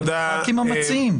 אתם המציעים.